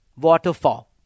waterfall